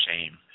shame